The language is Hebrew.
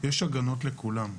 יש הגנות לכולם.